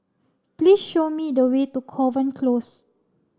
please show me the way to Kovan Close